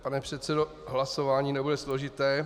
Pane předsedo, hlasování nebude složité.